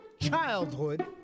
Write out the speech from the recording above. childhood